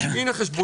סחורה